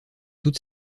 toute